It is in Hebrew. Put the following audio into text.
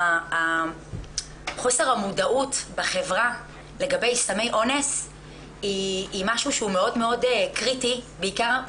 חוסר המודעות בחברה לגבי סמי אונס היא משהו מאוד מאוד קריטי בעיקר,